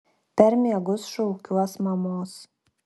per miegus šaukiuos mamos